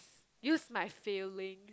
use my feeling